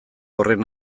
horren